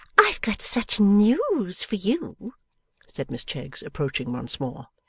i've got such news for you said miss cheggs approaching once more,